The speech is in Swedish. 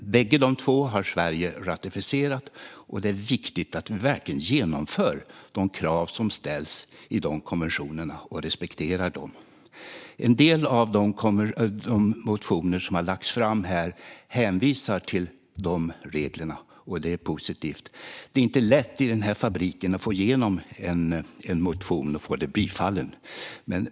Bägge dessa har Sverige ratificerat, och det är viktigt att vi verkligen genomför det som krävs i dessa konventioner och respekterar dem. En del av de motioner som har lagts fram här hänvisar till dessa regler, och det är positivt. Det är inte lätt att få igenom en motion i den här fabriken och att få den bifallen.